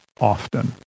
often